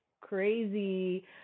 crazy